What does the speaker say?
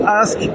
ask